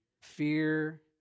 fear